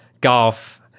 Golf